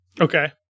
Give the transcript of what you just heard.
Okay